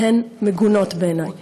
והן מגונות בעיני.